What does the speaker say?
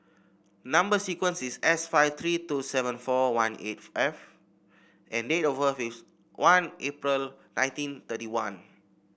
number sequence is S five three two seven four one eight F and date of birth is one April nineteen thirty one